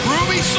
Ruby